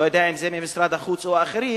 אני לא יודע אם במשרד החוץ או אחרים,